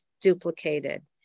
duplicated